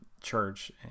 church